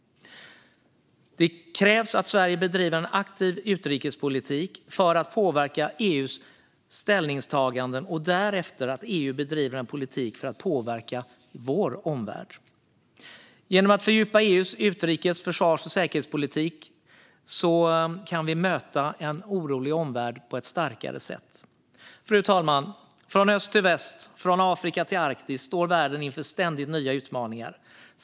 Det krävs att Sverige bedriver en aktiv utrikespolitik för att påverka EU:s ställningstaganden och därefter att EU bedriver en politik för att påverka vår omvärld. Genom att fördjupa EU:s utrikes, försvars och säkerhetspolitik kan vi möta en orolig omvärld på ett starkare sätt. Fru talman! Från öst till väst och från Afrika till Arktis står världen inför ständigt nya utmaningar.